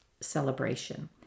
celebration